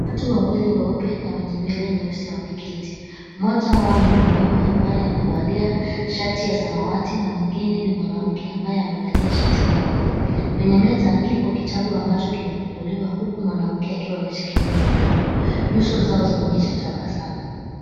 Watu wawili weupe na wenye nywele nyeusi wameketi. Mmoja wao ni mwanaume ambaye amevalia shati ya samawati na mwingine ni mwanamke ambaye amevalia shati nyeupe. Kwenye meza kipo kitabu ambacho kimefunguliwa huku mwanamke akiwa ameshikilia kalamu, nyuzo zao zaonyeshesha tabasamu.